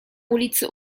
ulicy